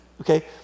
okay